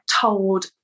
told